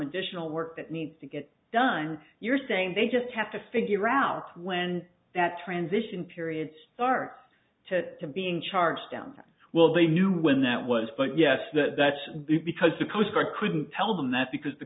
additional work that needs to get done you're saying they just have to figure out when that transition period starts to being charged down will they knew when that was but yes that that's because the coast guard couldn't tell them that because the